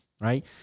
Right